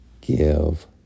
give